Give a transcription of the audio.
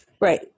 Right